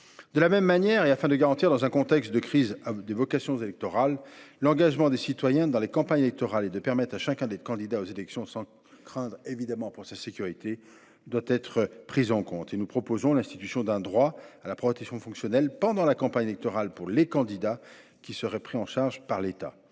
De la même manière, afin de garantir, dans un contexte de crise des vocations électorales, l’engagement des citoyens dans les campagnes électorales et de permettre à chacun d’être candidat aux élections sans craindre pour sa sécurité, nous avons proposé l’institution d’un droit à la protection fonctionnelle pendant la campagne électorale pour les candidats, protection qui serait prise en charge par l’État.